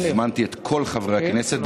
הזמנתי את כל חברי הכנסת.